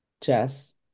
jess